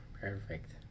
Perfect